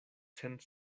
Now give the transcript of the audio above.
cent